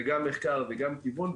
וכל עסק קיבל 40,000 שקל מענק,